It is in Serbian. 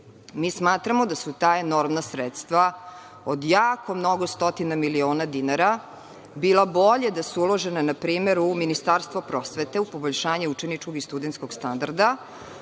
smatramo da su ta enormna sredstva od jako mnogo stotina miliona dinara bila bolje da su uložena u Ministarstvo prosvete u poboljšanje učeničkog i studentskog standarda,